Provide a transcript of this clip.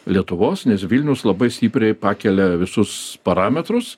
lietuvos nes vilnius labai stipriai pakelia visus parametrus